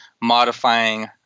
modifying